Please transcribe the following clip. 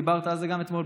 דיברת על זה גם אתמול,